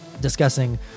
discussing